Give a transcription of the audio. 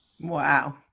wow